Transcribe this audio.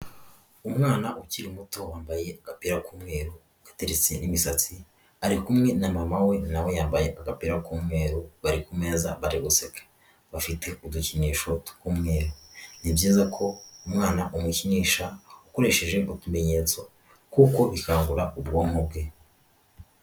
Umwana ukiri muto wambaye agapira k'umweru ateretse n'imisatsi, ari kumwe na mama we na we yambaye agapira k'umweru bari ku meza bari guseka. Bafite udukinisho tw'umweru. Ni byiza ko umwana umukinisha ukoresheje utumenyetso kuko bikangura ubwonko bwe.